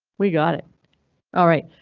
we got it alright.